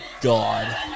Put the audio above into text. god